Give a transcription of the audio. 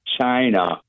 China